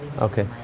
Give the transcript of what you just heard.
Okay